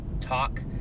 talk